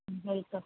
ம் வெல்கம்